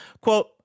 Quote